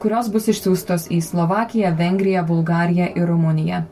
kurios bus išsiųstos į slovakiją vengriją bulgariją ir rumuniją